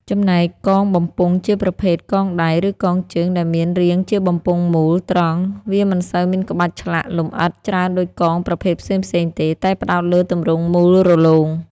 ចំណែកកងបំពង់ជាប្រភេទ កងដៃ ឬកងជើង ដែលមាន រាងជាបំពង់មូល ត្រង់ វាមិនសូវមានក្បាច់ឆ្លាក់លម្អិតច្រើនដូចកងប្រភេទផ្សេងៗទេ តែផ្តោតលើទម្រង់មូលរលោង។